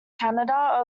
canada